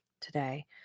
today